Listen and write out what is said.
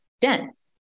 dense